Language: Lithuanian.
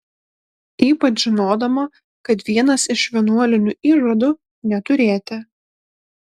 ypač žinodama kad vienas iš vienuolinių įžadų neturėti